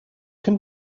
can